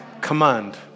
command